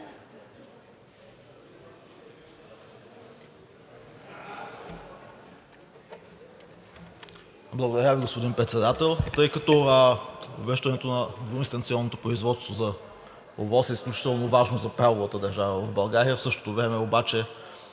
Благодаря, господин Председател. Тъй като връщането на двуинстанционното производство за ОВОС е изключително важно за правовата държава в България, в същото време обаче